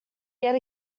yet